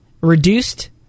Reduced